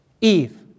Eve